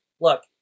Look